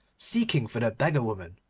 seeking for the beggar-woman.